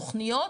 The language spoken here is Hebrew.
תוכניות,